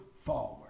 forward